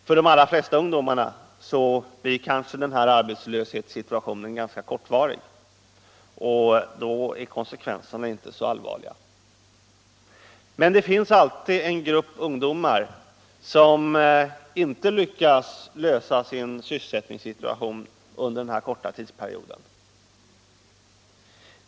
För de allra flesta ungdomar blir kanske den här arbetslöshetssituationen kortvarig, och då är konsekvenserna inte så svåra, men det finns alltid en grupp ungdomar som inte lyckas få sysselsättning under denna korta tidsperiod.